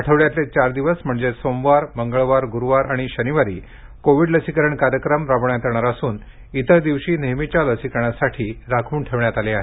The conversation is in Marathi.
आठवड्यातले चार दिवस म्हणजेच सोमवार मंगळवार गुरुवार आणि शनिवारी कोविड लसीकरण कार्यक्रम राबवण्यात येणार असून इतर दिवशी नेहमीच्या लसीकरणासाठी राखून ठेवण्यात आले आहेत